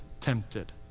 tempted